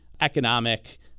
economic